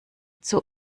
zur